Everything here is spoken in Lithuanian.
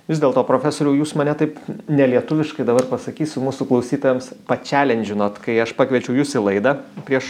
vis dėlto profesoriau jūs mane taip nelietuviškai dabar pasakysiu mūsų klausytojams pačialiandžinot kai aš pakviečiau jus į laidą prieš